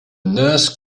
nurse